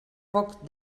foc